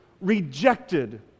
rejected